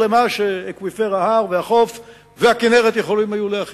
למה שאקוויפר ההר והחוף והכינרת יכולים היו להכיל.